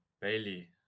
Bailey